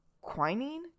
quinine